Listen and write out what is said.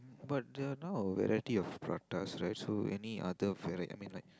but the now a variety of prata rice so any other I mean like